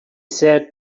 said